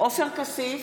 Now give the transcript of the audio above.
עופר כסיף,